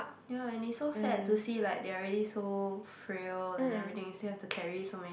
ya and it's so sad to see like they are already so frail and everything they still have to carry so many